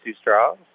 straws